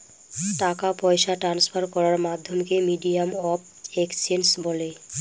টাকা পয়সা ট্রান্সফার করার মাধ্যমকে মিডিয়াম অফ এক্সচেঞ্জ বলে